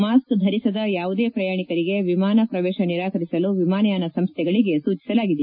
mask ಧರಿಸದ ಯಾವುದೇ ಪ್ರಯಾಣಿಕರಿಗೆ ವಿಮಾನ ಪ್ರವೇಶ ನಿರಾಕರಿಸಲು ವಿಮಾನಯಾನ ಸಂಸ್ನೆಗಳಿಗೆ ಸೂಚಿಸಲಾಗಿದೆ